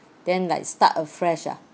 then like start afresh ah